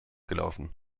gelaufen